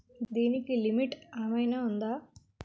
దీనికి లిమిట్ ఆమైనా ఉందా?